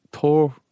tour